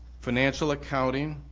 financial accounting,